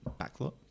Backlot